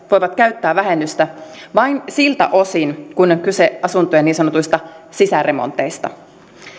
voivat käyttää vähennystä vain siltä osin kuin on kyse asuntojen niin sanotuista sisäremonteista